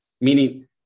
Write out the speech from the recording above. meaning